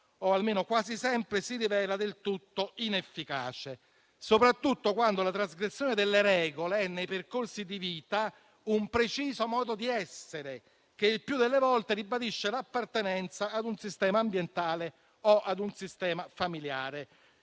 o almeno quasi sempre, si rivela del tutto inefficace, soprattutto quando la trasgressione delle regole è, nei percorsi di vita, un preciso modo di essere, che il più delle volte ribadisce l'appartenenza ad un sistema ambientale o ad un sistema familiare